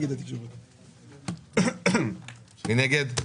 מי נגד?